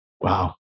Wow